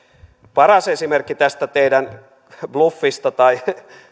paras esimerkki tästä teidän bluffistanne tai